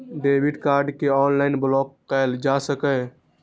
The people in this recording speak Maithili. डेबिट कार्ड कें ऑनलाइन ब्लॉक कैल जा सकैए